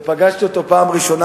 ופגשתי אותו פעם ראשונה,